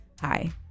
Hi